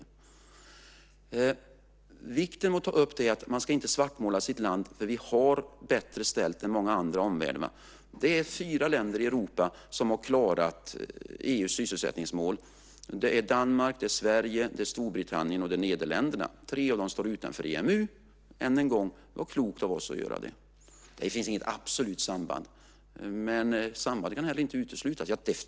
Man ska inte svartmåla sitt land. Vi har det mycket bättre ställt än många andra i omvärlden. Det är fyra länder i Europa som har klarat EU:s sysselsättningsmål. Det är Danmark, Sverige, Storbritannien och Nederländerna. Tre av dem står utanför EMU. Det var klokt av oss att göra det. Det finns kanske inget absolut samband, men samband kan heller inte uteslutas.